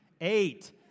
eight